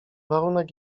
warunek